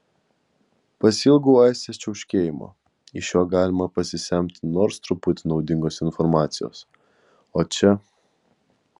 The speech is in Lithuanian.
pasiilgau aistės čiauškėjimo iš jo galima pasisemti nors truputį naudingos informacijos o čia